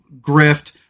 grift